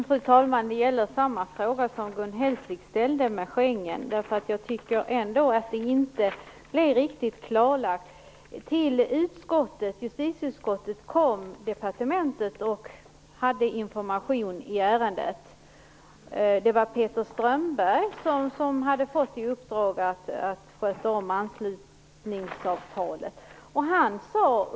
Fru talman! Jag vill ställa samma fråga som Gun Hellsvik ställde om Schengen, därför att jag tycker att frågan inte blev riktigt klarlagd. Till justitieutskottet kom Peter Strömberg från Justitiedepartementet som hade information i ärendet och som hade fått i uppdrag att sköta anslutningsavtalet.